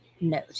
note